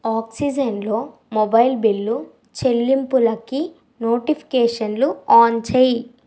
ఆక్సిజెన్లో mobile bill చెల్లింపులకి నోటిఫికేషన్లు on చేయి